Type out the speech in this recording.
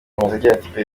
hagati